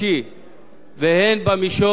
הן במישור המשפטי,